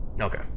okay